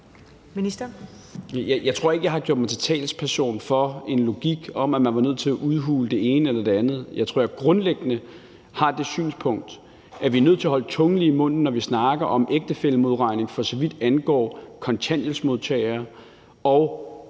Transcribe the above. Jeg tror ikke, jeg har gjort mig til talsperson for en logik om, at man var nødt til at udhule det ene eller det andet. Jeg tror, at jeg grundlæggende har det synspunkt, at vi er nødt til at holde tungen lige i munden, når vi snakker om ægtefællemodregning, for så vidt angår kontanthjælpsmodtagere og